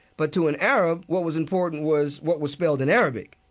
but to an arab, what was important was what was spelled in arabic.